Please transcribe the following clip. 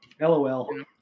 LOL